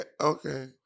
Okay